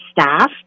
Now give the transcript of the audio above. staff